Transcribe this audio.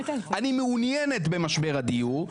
אני מעוניינת במשבר הדיור,